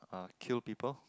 uh kill people